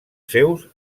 seus